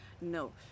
no